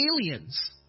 aliens